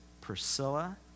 Priscilla